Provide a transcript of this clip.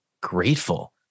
grateful